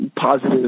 positive